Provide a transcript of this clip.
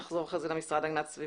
לאחר מכן נחזור למשרד להגנת הסביבה.